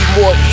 more